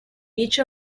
each